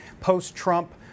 post-Trump